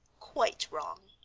quite wrong.